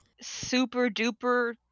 super-duper